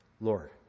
Lord